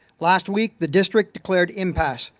last week, the district declared impasse,